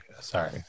Sorry